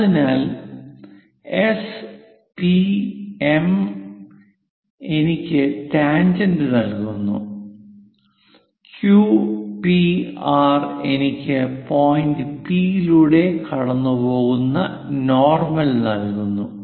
അതിനാൽ S P M S P M എനിക്ക് tangent നൽകുന്നു Q P R എനിക്ക് പോയിന്റ് പി യിലൂടെ കടന്നുപോകുന്ന നോർമൽ നൽകുന്നു